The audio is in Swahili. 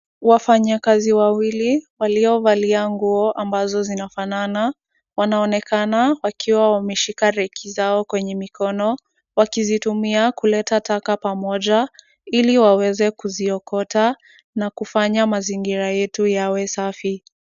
Wafanyakazi wawili waliovalia nguo ambazo zinafanana, wanaonekana wakiwa wameshika reki zao kwenye mikono, wakizitumia kuleta taka pamoja, ili waweze kuziokota na kufanya mazingira yetu yawe safi.